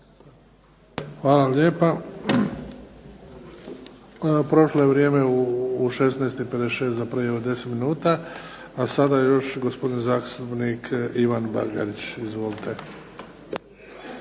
Hvala lijepa. Prošlo je vrijeme u 16,56 za prijavu od 10 minuta. A sada još gospodin zastupnik Ivan Bagarić. Izvolite.